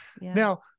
Now